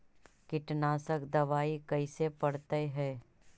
कीटनाशक दबाइ कैसे पड़तै है?